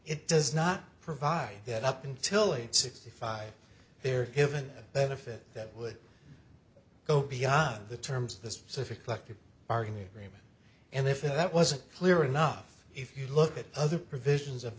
it does not provide that up until age sixty five they're given benefit that would go beyond the terms of this so if a collective bargaining agreement and if that wasn't clear enough if you look at other provisions of